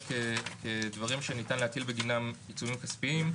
כדברים שניתן להטיל בגינם עיצומים כספיים,